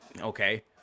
Okay